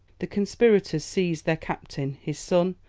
the conspirators seized their captain, his son,